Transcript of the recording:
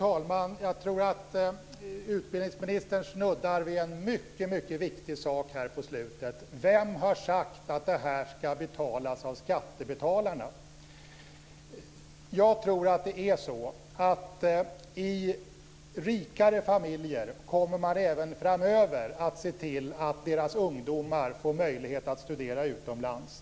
Herr talman! Utbildningsministern snuddar vid en mycket viktig sak: Vem har sagt att detta skall betalas av skattebetalarna? Jag tror att i rikare familjer kommer man även framöver att se till att ungdomarna får möjlighet att studera utomlands.